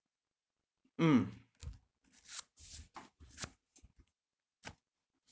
mm